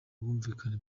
ubwumvikane